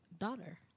daughter